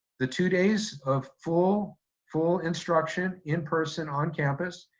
the two days of full full instruction, in-person on campus,